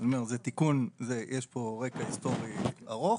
יש פה רקע היסטורי ארוך.